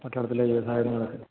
പട്ടാളത്തിലെ ജീവിത സാഹചര്യങ്ങളൊക്കെ